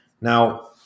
now